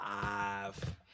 five